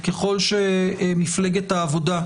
וככל שמפלגת העבודה,